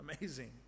amazing